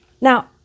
Now